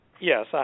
Yes